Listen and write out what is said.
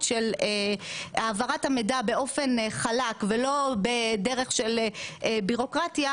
של העברת המידע באופן חלק ולא בדרך של ביורוקרטיה,